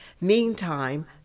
meantime